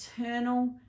eternal